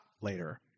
later